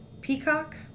peacock